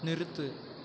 நிறுத்து